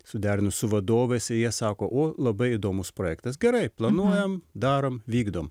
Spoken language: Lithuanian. suderinus su vadovais jie sako o labai įdomus projektas gerai planuojam darom vykdom